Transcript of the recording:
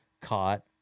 caught